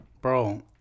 Bro